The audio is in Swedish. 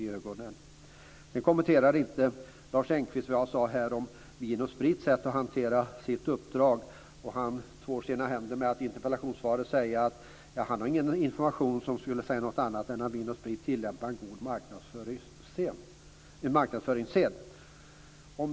Lars Engqvist kommenterar inte det jag sade om Vin & Sprits sätt att hantera sitt uppdrag. Han tvår sina händer med att i interpellationssvaret säga att han inte har någon information som skulle säga något annat än att Vin & Sprit tillämpar en god marknadsföringssed.